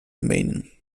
romeinen